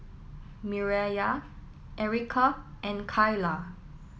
Mireya Erika and Kaila